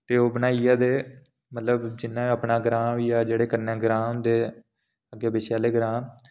ते ओह् बनाइयै मतलब अपना ग्रां होई गेआ जां कन्ने दे ग्रां होंदे मतलब अग्गे पिच्छे आह्ले ग्रां